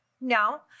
No